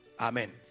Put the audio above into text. Amen